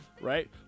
Right